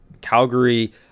calgary